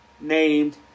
named